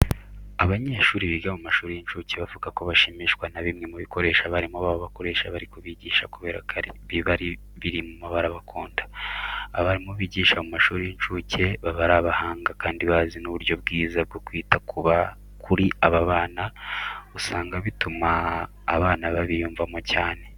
Abanyeshuri biga mu mashuri y'incuke bavuga ko bashimishwa na bimwe mu bikoresho abarimu babo bakoresha bari kubigisha kubera ko biba biri mu mabara bakunda. Abarimu bigisha mu mashuri y'incuke baba ari abahanga kandi bazi n'uburyo bwiza bwo kwita kuri aba bana usanga bituma abana babiyumvamo cyane.